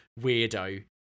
weirdo